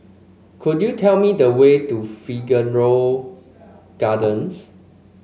could you tell me the way to Figaro Gardens